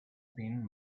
been